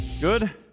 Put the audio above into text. Good